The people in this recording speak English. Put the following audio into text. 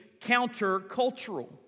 countercultural